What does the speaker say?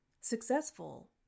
successful